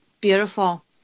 Beautiful